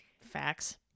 Facts